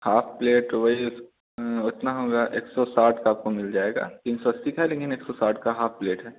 half plate वही उतना होगा एक सौ साठ का आपको मिल जाएगा तीन सौ अस्सी का है लेकिन एक सौ साठ का हाफ़ प्लेट है